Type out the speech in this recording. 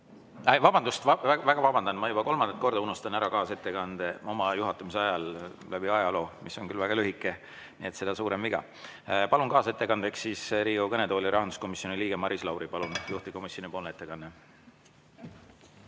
Vabandust, väga vabandan! Ma juba kolmandat korda unustan ära kaasettekande, seda läbi oma juhatamise ajaloo, mis on küll väga lühike, nii et seda suurem viga. Palun kaasettekandeks Riigikogu kõnetooli rahanduskomisjoni liikme Maris Lauri. Palun, juhtivkomisjoni ettekanne!